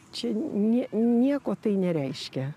čia nie nieko tai nereiškia